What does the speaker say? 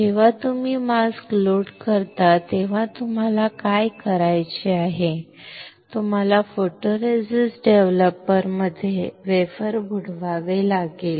जेव्हा तुम्ही mask load करता तेव्हा तुम्हाला काय करायचे आहे तुम्हाला फोटोरेसिस्ट डेव्हलपर मध्ये वेफर बुडवावे लागेल